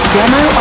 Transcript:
demo